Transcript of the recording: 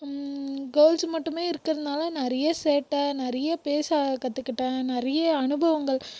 girls மட்டுமே இருக்கிறனால நிறைய சேட்டை நிறைய பேச கற்றுக்கிட்டேன் நிறைய அனுபவங்கள்